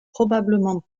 probablement